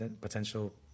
potential